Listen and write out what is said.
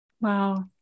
Wow